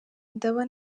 ndaba